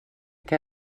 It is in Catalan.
que